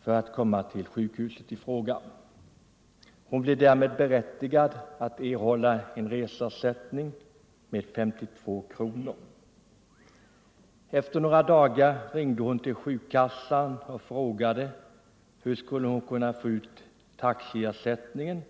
för att komma till sjukhuset i fråga hade hon ej. Hon blev därmed berättigad att erhålla en reseersättning med 52 kronor. Efter några dagar ringde hon till sjukkassan och frågade hur hon skulle kunna få ut taxiersättningen.